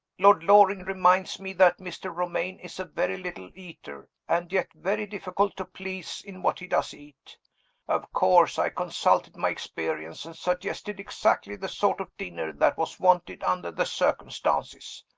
lord loring reminds me that mr. romayne is a very little eater, and yet very difficult to please in what he does eat of course i consulted my experience, and suggested exactly the sort of dinner that was wanted under the circumstances.